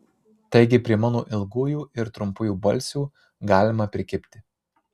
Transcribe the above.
taigi prie mano ilgųjų ir trumpųjų balsių galima prikibti